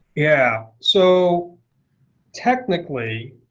yeah so technically